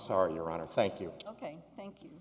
sorry your honor thank you ok thank you